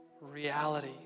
reality